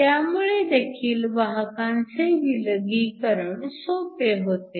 त्यामुळे देखील वाहकांचे विलगीकरण सोपे होते